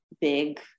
big